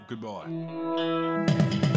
Goodbye